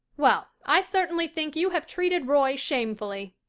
well, i certainly think you have treated roy shamefully,